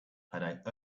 had